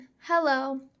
hello